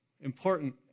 important